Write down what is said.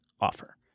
offer